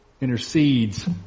intercedes